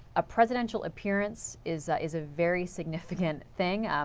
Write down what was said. ah presidential appearance is is a very significant thing.